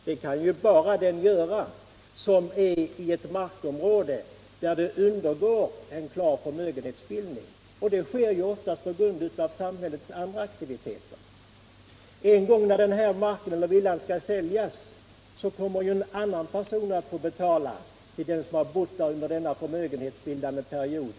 Det kan bara den ha som bor i ett markområde som undergår en klar värdeökning. Det sker ofta på grund av samhällets andra aktiviteter. En gång när den här villan skall säljas kommer en annan person att få betala de pengarna till den som har bott där under denna förmögenhetsbildande period.